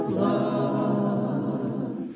love